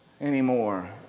anymore